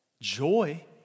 joy